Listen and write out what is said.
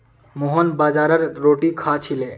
मोहन बाजरार रोटी खा छिले